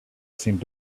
seemed